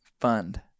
fund